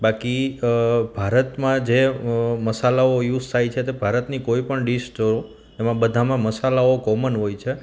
બાકી ભારતમાં જે મસાલાઓ યુસ થાય છે તે ભારતની કોઈપણ ડિશ જુઓ એમાં બધામાં મસાલાઓ કોમન હોય છે